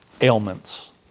ailments